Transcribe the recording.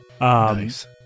Nice